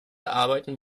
arbeiten